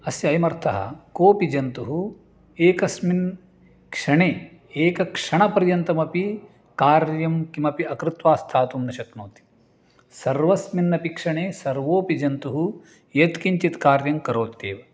अस्य अयमर्थः कोपि जन्तुः एकस्मिन् क्षणे एकक्षणपर्यन्तमपि कार्यं किमपि अकृत्वा स्थातुं न शक्नोति सर्वस्मिन्नपि क्षणे सर्वोपि जन्तुः यत्किञ्चित् कार्यं करोत्येव